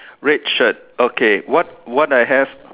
red shirt okay what what I have